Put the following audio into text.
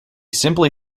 simply